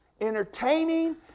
entertaining